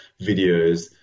videos